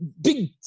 big